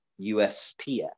USPS